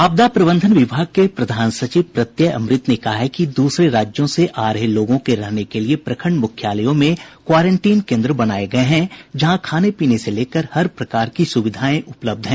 आपदा प्रबंधन विभाग के प्रधान सचिव प्रत्यय अमृत ने कहा है कि दूसरे राज्यों से आ रहे लोगों के रहने के लिये प्रखंड मुख्यालयों में क्वारेंटीन केन्द्र बनाये गये हैं जहां खाने पीने से लेकर हर प्रकार की सुविधाएं उपलब्ध हैं